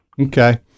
Okay